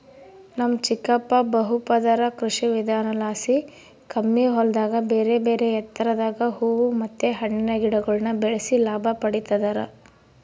ನಮ್ ಚಿಕ್ಕಪ್ಪ ಬಹುಪದರ ಕೃಷಿವಿಧಾನಲಾಸಿ ಕಮ್ಮಿ ಹೊಲದಾಗ ಬೇರೆಬೇರೆ ಎತ್ತರದಾಗ ಹೂವು ಮತ್ತೆ ಹಣ್ಣಿನ ಗಿಡಗುಳ್ನ ಬೆಳೆಸಿ ಲಾಭ ಪಡಿತದರ